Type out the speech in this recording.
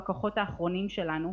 בכוחות האחרונים שלנו,